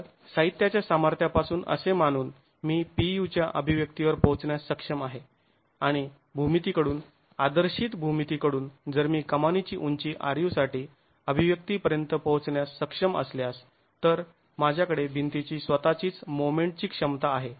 तर साहित्याच्या सामर्थ्यापासून असे मानुन मी Pu च्या अभिव्यक्तीवर पोहोचण्यास सक्षम आहे आणि भूमीतिकडून आदर्शीत भूमिती कडून जर मी कमानीची उंची ru साठी अभिव्यक्ती पर्यंत पोहोचण्यास सक्षम असल्यास तर माझ्याकडे भिंतीची स्वतःचीच मोमेंट ची क्षमता आहे